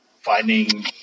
finding